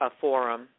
forum